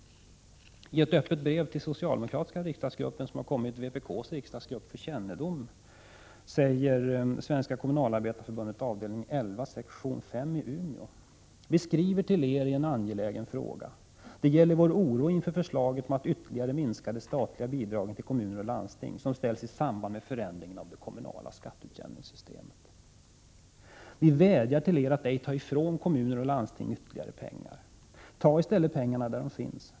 I ett öppet brev till den socialdemokratiska riksdagsgruppen som har kommit till vpk:s riksdagsgrupp för kännedom säger Svenska kommunalarbetareförbundets avdelning 11 sektion 5 i Umeå följande: ”Vi skriver till Er i en angelägen fråga. Det gäller vår oro inför förslaget att ytterligare minska de statliga bidragen till kommuner och landsting som ställts i samband med förändringen av det kommunala skatteutjämningssystemet. ——-- Vi vädjar till Er att ej ta ifrån kommuner och landsting ytterligare pengar! Ta istället pengarna där dom finns.